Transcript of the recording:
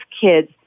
kids